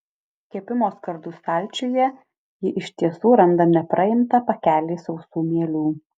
kepimo skardų stalčiuje ji iš tiesų randa nepraimtą pakelį sausų mielių